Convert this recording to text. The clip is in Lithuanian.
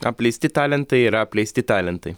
apleisti talentai yra apleisti talentai